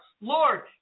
Lord